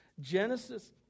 Genesis